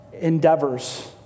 endeavors